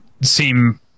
seem